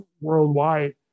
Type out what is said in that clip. worldwide